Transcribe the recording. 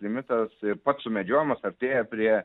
limitas ir pats sumedžiojimas artėja prie